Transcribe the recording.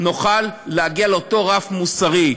נוכל להגיע לאותו רף מוסרי.